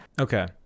Okay